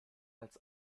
als